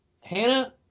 Hannah